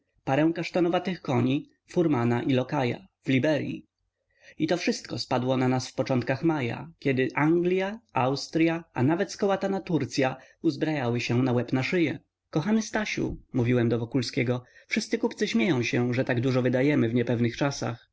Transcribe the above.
parę kasztanowatych koni furmana i lokaja w liberyi i to wszystko spadło na nas w początkach maja kiedy anglia austrya a nawet skołatana turcya uzbrajały się na łeb na szyję kochany stasiu mówiłem do wokulskiego wszyscy kupcy śmieją się że tak dużo wydajemy w niepewnych czasach